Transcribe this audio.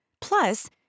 Plus